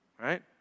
Right